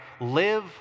Live